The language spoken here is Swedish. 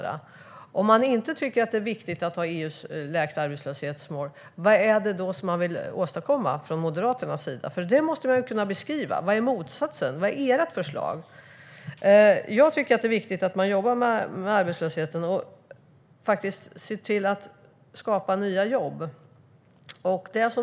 Om Moderaterna inte tycker att det är viktigt att ha EU:s lägsta arbetslöshetsmål undrar jag vad de då vill åstadkomma. Det måste man kunna beskriva. Vad är motsatsen? Vad har ni för förslag? Det är viktigt att jobba med arbetslösheten och se till att skapa nya jobb.